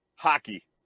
Hockey